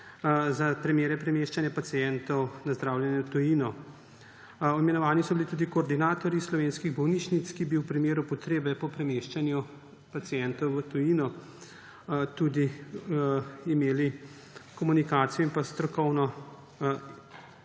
za primere premeščanja pacientov na zdravljenje v tujino. Imenovani so bili tudi koordinatorji slovenskih bolnišnic, ki bi v primeru potrebe po premeščanju pacientov v tujino imeli komunikacijo in vsa strokovna